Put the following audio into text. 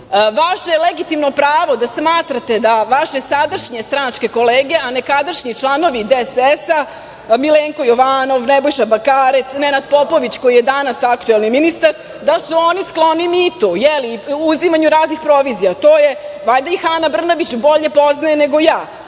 Vaše legitimno pravo da smatrate da vaše sadašnje stranačke kolege, a nekadašnji članovi DSS-a Milenko Jovanov, Nebojša Bakarec, Nenad Popović koji je i danas aktuelni ministar, da su oni skloni miti, je li, uzimanju raznih provizija, valjda ih Ana Brnabić bolje poznaje nego ja.